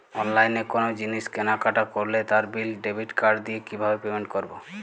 অনলাইনে কোনো জিনিস কেনাকাটা করলে তার বিল ডেবিট কার্ড দিয়ে কিভাবে পেমেন্ট করবো?